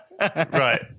Right